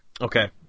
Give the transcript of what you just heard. Okay